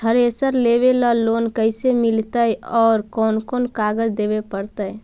Thresher लेबे ल loan कैसे मिलतइ और कोन कोन कागज देबे पड़तै?